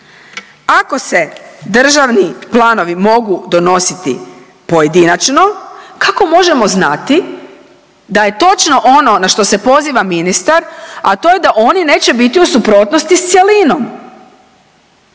Ako se državni planovi mogu donositi pojedinačno kako možemo znati da je točno ono na što se poziva ministar, a to je da oni neće biti u suprotnosti s cjelinom.